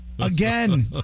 Again